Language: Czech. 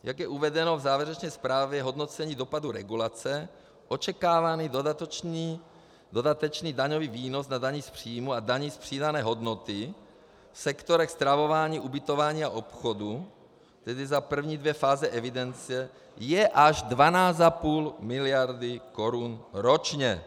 Jak je uvedeno v závěrečné zprávě hodnocení dopadu regulace, očekávaný dodatečný daňový výnos na dani z příjmů a dani z přidané hodnoty v sektorech stravování, ubytování a obchodu, tedy za první dvě fáze evidence, je až 12,5 miliardy korun ročně.